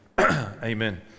amen